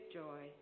joy